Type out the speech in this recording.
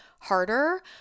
harder